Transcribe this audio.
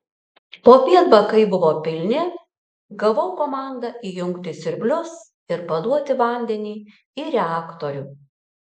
popiet bakai buvo pilni gavau komandą įjungti siurblius ir paduoti vandenį į reaktorių